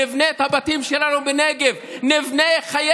נבנה את הבתים שלנו בנגב ונבנה חיי